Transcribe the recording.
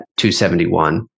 271